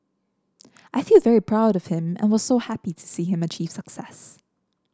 I feel very proud of him and was so happy to see him achieve success